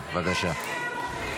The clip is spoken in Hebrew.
בבקשה.